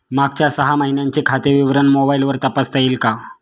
मागच्या सहा महिन्यांचे खाते विवरण मोबाइलवर तपासता येईल का?